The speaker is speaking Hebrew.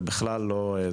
זה בכלל לא,